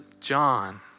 John